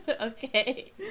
Okay